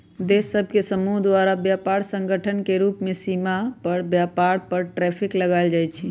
देश सभ के समूह द्वारा व्यापार संगठन के रूप में सीमा पार व्यापार पर टैरिफ लगायल जाइ छइ